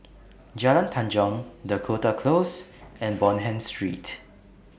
Jalan Tanjong Dakota Close and Bonham Street